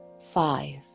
five